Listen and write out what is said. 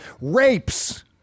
Rapes